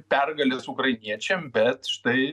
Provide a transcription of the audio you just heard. pergalės ukrainiečiam bet štai